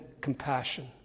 compassion